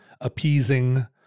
appeasing